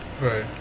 Right